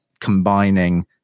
combining